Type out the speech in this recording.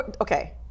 okay